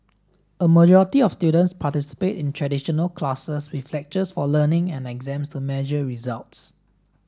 a majority of students participate in traditional classes with lectures for learning and exams to measure results